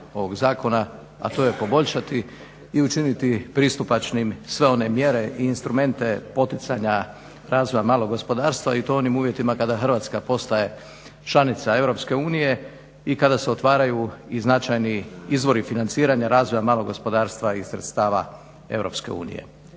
ovog zakona a to je poboljšati i učiniti pristupačnim sve one mjere i instrumente poticanja razvoja malog gospodarstva i to u onim uvjetima kada Hrvatska postaje članica EU i kada se otvaraju i značajni izvori financiranja razvoja malog gospodarstva iz sredstava EU.